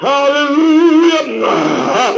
Hallelujah